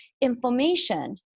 inflammation